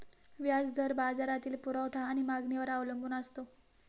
व्याज दर बाजारातील पुरवठा आणि मागणीवर अवलंबून असतो